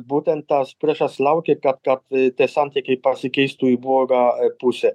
būtent tas priešas laukia kad kad tie santykiai pasikeistų į blogą a pusę